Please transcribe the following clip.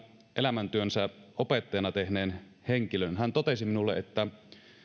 elämäntyönsä opettajana tehneen henkilön hän totesi minulle että se